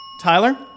Tyler